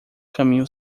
caminho